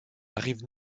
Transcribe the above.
rive